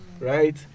right